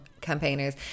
campaigners